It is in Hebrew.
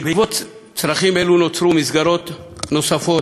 בעקבות צרכים אלה נוצרו מסגרות נוספות.